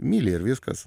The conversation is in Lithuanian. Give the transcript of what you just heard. myli ir viskas